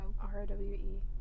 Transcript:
R-O-W-E